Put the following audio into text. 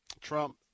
Trump